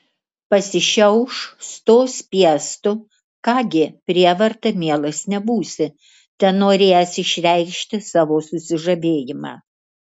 pasišiauš stos piestu ką gi prievarta mielas nebūsi tenorėjęs išreikšti savo susižavėjimą